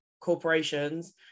corporations